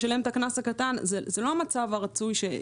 לשלם את הקנס הקטן זה לא המצב הרצוי,